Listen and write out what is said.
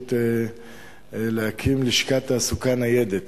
אפשרות להקים לשכת תעסוקה ניידת,